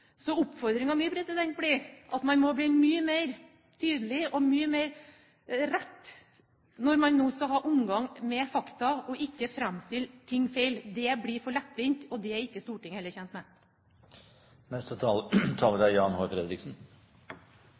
Så oppfordringen min blir at man må bli mye mer tydelig og mye mer rett når man nå skal ha omgang med fakta, og ikke framstille ting feil. Det blir for lettvint, og det er Stortinget heller ikke tjent med.